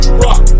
rock